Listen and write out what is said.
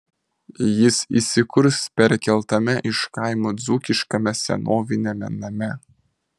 jis įsikurs perkeltame iš kaimo dzūkiškame senoviniame name